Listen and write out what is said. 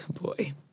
boy